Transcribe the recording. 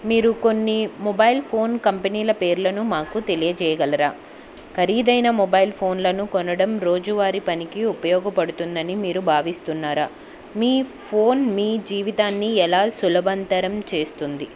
మీరు కొన్ని mobile phone కంపెనీల పేర్లను మాకు తెలియజేయగలరా ఖరీదైన మొబైల్ ఫోన్లను కొనడం రోజువారి పనికి ఉపయోగపడుతుందని మీరు భావిస్తున్నారా మీ ఫోన్ మీ జీవితాన్ని ఎలా సులభంతరం చేస్తుంది